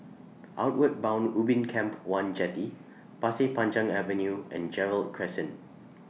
Outward Bound Ubin Camp one Jetty Pasir Panjang Avenue and Gerald Crescent